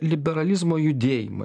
liberalizmo judėjimai